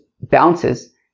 bounces